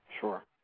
Sure